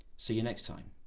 see you next time.